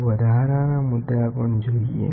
અમુક વધારાના મુદ્દા પણ જોઈએ